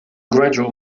gradual